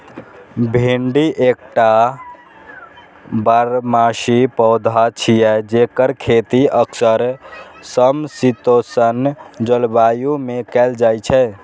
भिंडी एकटा बारहमासी पौधा छियै, जेकर खेती अक्सर समशीतोष्ण जलवायु मे कैल जाइ छै